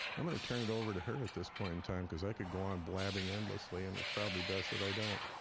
i'm gonna turn it over to her at this point in time, cause i could go on blabbing endlessly, and it's probably best that i don't.